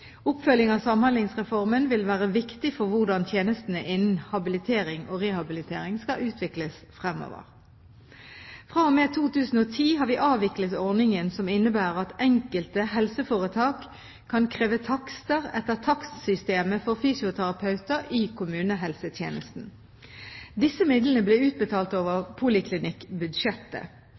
Oppfølging av Samhandlingsreformen vil være viktig for hvordan tjenestene innen habilitering og rehabilitering skal utvikles fremover. Fra og med 2010 har vi avviklet ordningen som innebærer at enkelte helseforetak kan kreve takster etter takstsystemet for fysioterapeuter i kommunehelsetjenesten. Disse midlene ble utbetalt over poliklinikkbudsjettet.